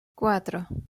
cuatro